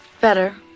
Better